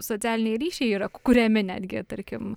socialiniai ryšiai yra kuriami netgi tarkim